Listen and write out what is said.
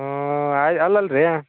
ಹ್ಞೂ ಅಲ್ಲಲ್ಲ ರಿ